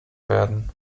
werden